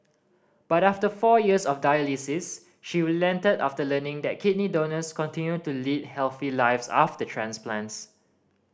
but after four years of dialysis she relented after learning that kidney donors continue to lead healthy lives after transplants